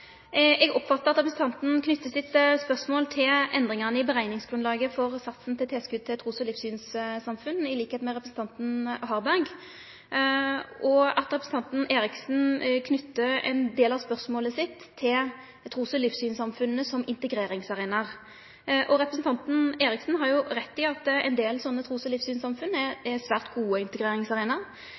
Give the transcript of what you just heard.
Eg oppfattar at representanten knyter sitt spørsmål til endringane i utrekningsgrunnlaget for satsen til tilskot til trus- og livssynssamfunn på same måte som representanten Harberg, og at representanten Eriksen knytter ein del av spørsmålet sitt til trus- og livssynssamfunna som integreringsarenaer. Representanten Eriksen har rett i at ein del slike trus- og livssynssamfunn er svært gode